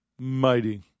Mighty